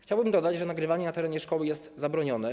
Chciałbym dodać, że nagrywanie na terenie szkoły jest zabronione.